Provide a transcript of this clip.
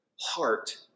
heart